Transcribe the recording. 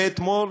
ואתמול,